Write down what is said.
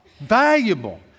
Valuable